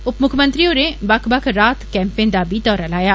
उपमुक्ख मंत्री होरें बक्ख बक्ख राहत कैम्पें दा बी दौरा लाया